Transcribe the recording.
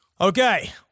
Okay